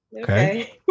Okay